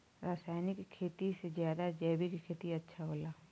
रासायनिक खेती से ज्यादा जैविक खेती अच्छा होला